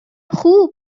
خوب